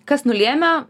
kas nulėmė